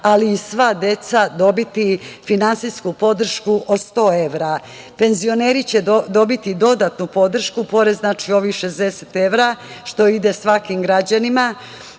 ali i sva deca, dobiti finansijsku podršku od 100 evra. Penzioneri će dobiti dodatnu podršku, pored ovih 60 evra što ide svakom građaninu,